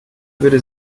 würde